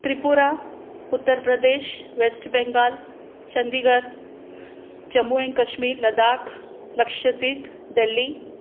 Tripura Uttar Pradesh West Bengal Chandigarh Jammu and Kashmir Ladakh Lakshadweep Delhi